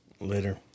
Later